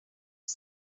the